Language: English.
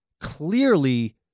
clearly